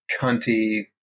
cunty